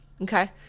Okay